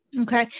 Okay